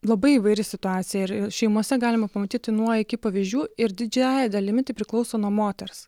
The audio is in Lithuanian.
labai įvairi situacija ir šeimose galima pamatyt nuo iki pavyzdžių ir didžiąja dalimi tai priklauso nuo moters